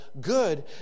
good